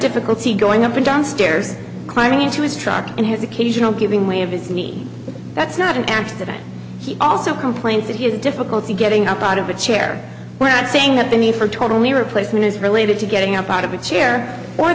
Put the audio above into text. difficulty going up and down stairs climbing into his truck in his occasional giving way of his need that's not an accident he also complains that he has difficulty getting up out of a chair and saying that the need for total knee replacement is related to getting up out of the chair or